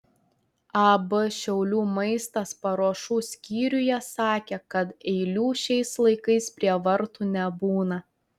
ab šiaulių maistas paruošų skyriuje sakė kad eilių šiais laikais prie vartų nebūna